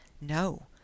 No